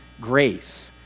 grace